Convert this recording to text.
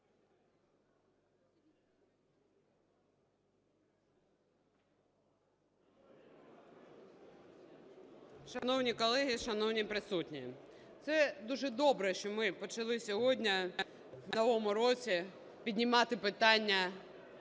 Шановні колеги, шановні присутні, це дуже добре, що ми почали сьогодні, в новому році, піднімати питання